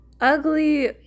Ugly